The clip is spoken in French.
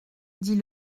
dit